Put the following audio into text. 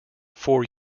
four